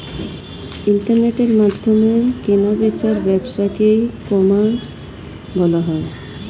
ইন্টারনেটের মাধ্যমে কেনা বেচার ব্যবসাকে ই কমার্স বলা হয়